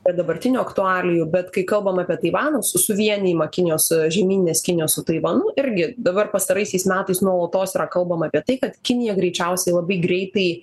prie dabartinių aktualijų bet kai kalbam apie taivano suvienijimą kinijos žemyninės kinijos su taivanu irgi dabar pastaraisiais metais nuolatos yra kalbame apie tai kad kinija greičiausiai labai greitai